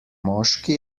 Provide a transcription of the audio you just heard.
moški